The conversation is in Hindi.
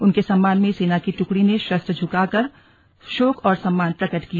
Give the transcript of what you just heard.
उनके सम्मान में सेना की दुकड़ी ने शस्त्र झुका कर शोक और सम्मान प्रकट किया